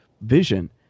vision